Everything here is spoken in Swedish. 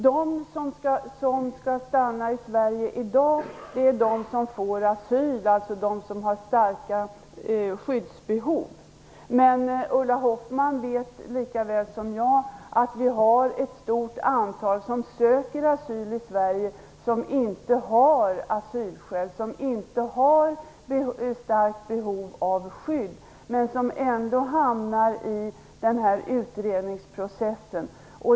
De som skall stanna i Sverige i dag är de som får asyl, alltså de som har starka skyddsbehov. Men Ulla Hoffmann vet lika väl som jag att det är ett stort antal som söker asyl i Sverige som inte har asylskäl, som inte har ett starkt behov av skydd. De hamnar ändå i denna utredningsprocess.